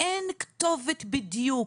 אין כתובת בדיוק.